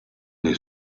dai